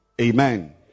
Amen